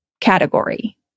category